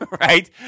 Right